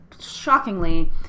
shockingly